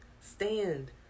Stand